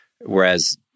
Whereas